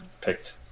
picked